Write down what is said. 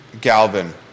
Galvin